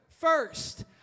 first